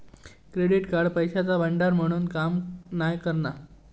credit card पैशाचा भांडार म्हणून काम नाय करणा